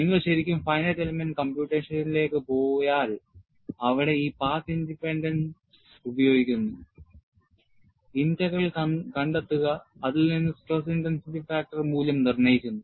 നിങ്ങൾ ശരിക്കും finite element computation ലേക്ക് പോയാൽ അവിടെ ഈ പാത്ത് ഇൻഡിപെൻഡൻസ് ഉപയോഗിക്കുന്നു J ഇന്റഗ്രൽ കണ്ടെത്തുകഅതിൽ നിന്ന് stress intensity factor മൂല്യം നിർണ്ണയിക്കുന്നു